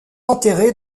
enterré